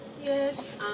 Yes